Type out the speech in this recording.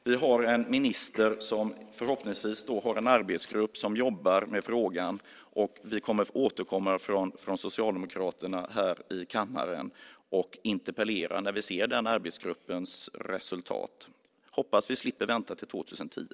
Vi har en minister som förhoppningsvis har en arbetsgrupp som jobbar med frågan. Vi socialdemokrater återkommer här i kammaren och interpellerar när vi ser arbetsgruppens resultat. Jag hoppas att vi slipper vänta till år 2010.